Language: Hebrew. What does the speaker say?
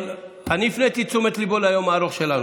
אבל אני הפניתי את תשומת ליבו ליום הארוך שלנו.